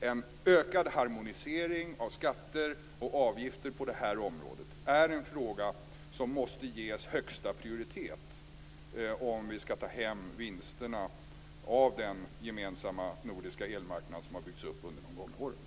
En ökad harmonisering av skatter och avgifter på det här området är en fråga som måste ges högsta prioritet om vi skall ta hem vinsterna av den gemensamma nordiska elmarknad som har byggts upp under de gångna åren.